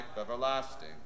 everlasting